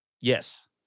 Yes